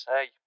Hey